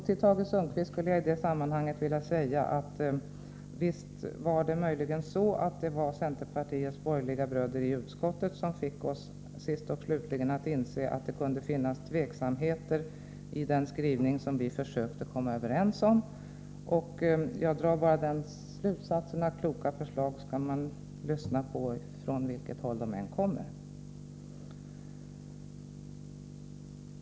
Till Tage Sundkvist skulle jag i detta sammanhang vilja säga att det möjligen var centerpartiets bröder i utskottet som fick oss sist och slutligen att inse att det kunde finnas tveksamheter i den skrivning som vi försökte komma överens om. Jag drar därav bara den slutsatsen att man bör lyssna på kloka ord varifrån de än kommer.